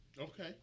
Okay